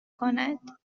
کند